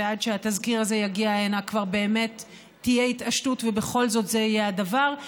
ועד שהתזכיר הזה יגיע הנה כבר באמת תהיה התעשתות ובכל זאת זה יהיה הדבר,